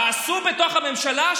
תעשו בתוך הממשלה,